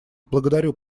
благодарю